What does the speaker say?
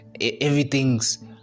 Everything's